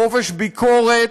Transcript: חופש ביקורת,